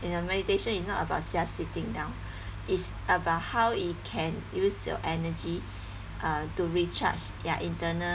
you know meditation is not about just sitting down it's about how it can use your energy uh to recharge ya internal